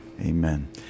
Amen